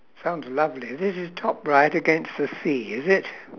sounds lovely this is top right against the sea is it